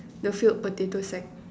the filled potato sack